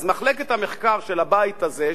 אז מחלקת המחקר של הבית הזה,